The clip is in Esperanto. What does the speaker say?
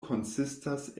konsistas